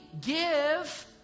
give